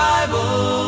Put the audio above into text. Bible